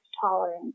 tolerance